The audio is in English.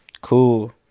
cool